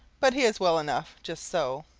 but he is well enough just so,